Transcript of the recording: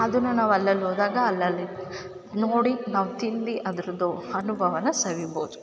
ಅದನ್ನ ನಾವು ಅಲ್ಲಲ್ಲಿ ಹೋದಾಗ ಅಲ್ಲಲ್ಲಿ ನೋಡಿ ನಾವು ತಿಂದು ಅದರದ್ದು ಅನುಭವನ ಸವಿಬೋದು